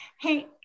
hey